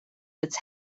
its